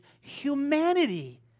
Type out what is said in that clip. humanity